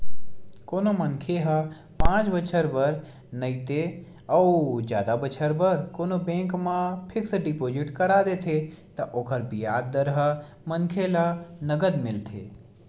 कोनो मनखे ह पाँच बछर बर नइते अउ जादा बछर बर कोनो बेंक म फिक्स डिपोजिट कर देथे त ओकर बियाज दर ह मनखे ल नँगत मिलथे